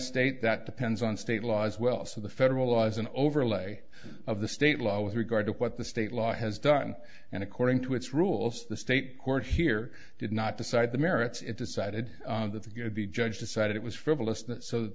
state that depends on state law as well so the federal law is an overlay of the state law with regard to what the state law has done and according to its rules the state court here did not decide the merits it decided that the go the judge decided it was frivolous that